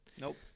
Nope